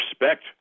Respect